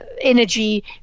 energy